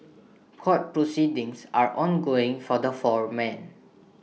court proceedings are ongoing for the four men